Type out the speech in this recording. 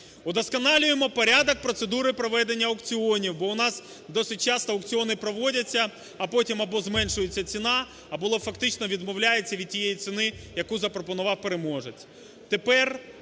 Удосконалюємо порядок процедури проведення аукціонів, бо у нас досить часто аукціони проводяться, а потім або зменшується ціна, або фактично відмовляється від тієї ціни, яку запропонував переможець.